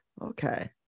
Okay